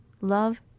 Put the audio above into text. Love